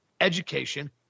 education